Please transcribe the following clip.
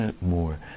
more